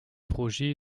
projet